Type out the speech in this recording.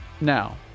Now